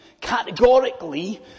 categorically